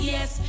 Yes